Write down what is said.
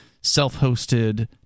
self-hosted